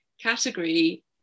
category